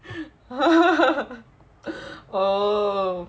oh